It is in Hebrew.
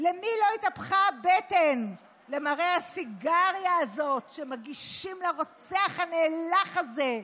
למי לא התהפכה הבטן למראה הסיגריה הזאת שמגישים לרוצח הנאלח הזה?